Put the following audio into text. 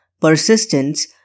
Persistence